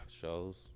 shows